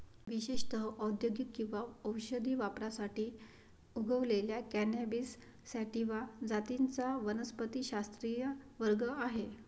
विशेषत औद्योगिक किंवा औषधी वापरासाठी उगवलेल्या कॅनॅबिस सॅटिवा जातींचा वनस्पतिशास्त्रीय वर्ग आहे